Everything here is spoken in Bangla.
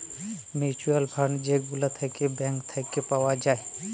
মিউচুয়াল ফান্ড যে গুলা থাক্যে ব্যাঙ্ক থাক্যে পাওয়া যায়